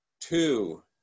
Two